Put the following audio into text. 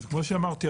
כמו שאמרתי,